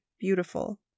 beautiful